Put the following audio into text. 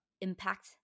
impact